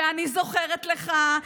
ואני זוכרת לך,